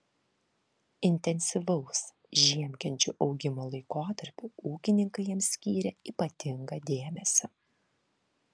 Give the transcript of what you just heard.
intensyvaus žiemkenčių augimo laikotarpiu ūkininkai jiems skyrė ypatingą dėmesį